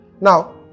Now